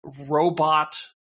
robot